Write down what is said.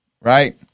right